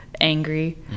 angry